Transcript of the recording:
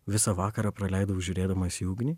visą vakarą praleidau žiūrėdamas į ugnį